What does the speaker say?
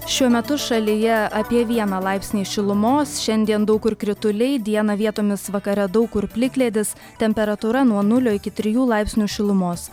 šiuo metu šalyje apie vieną laipsnį šilumos šiandien daug kur krituliai dieną vietomis vakare daug kur plikledis temperatūra nuo nulio iki trijų laipsnių šilumos